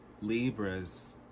Libras